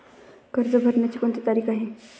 कर्ज भरण्याची कोणती तारीख आहे?